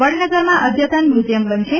વડનગરમાં અઘતન મ્યુઝિયમ બનશે